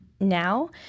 now